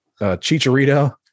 chicharito